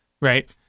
right